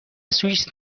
سوئیس